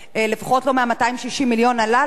לפחות לא מה-260 מיליון הללו,